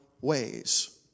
ways